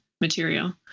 material